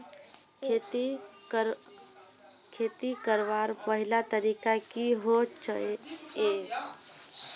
खेती करवार पहला तरीका की होचए?